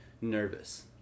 nervous